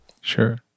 Sure